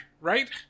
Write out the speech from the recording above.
right